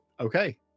okay